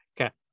Okay